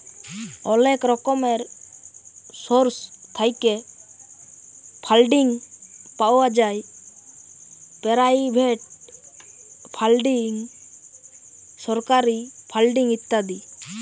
অলেক রকমের সোর্স থ্যাইকে ফাল্ডিং পাউয়া যায় পেরাইভেট ফাল্ডিং, সরকারি ফাল্ডিং ইত্যাদি